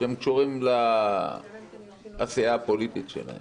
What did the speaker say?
שהם קשורים לעשייה הפוליטית שלהם.